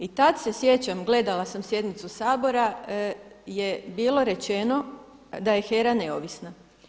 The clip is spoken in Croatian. I tad se sjećam, gledala sam sjednicu Sabora je bilo rečeno da je HERA neovisna.